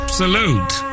salute